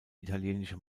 italienische